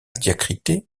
diacrité